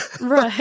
Right